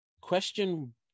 question